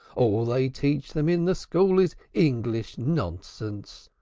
all they teach them in the school is english nonsense.